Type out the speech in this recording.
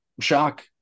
shock